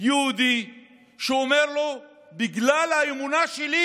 יהודי ואומר לו: בגלל האמונה שלי,